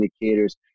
indicators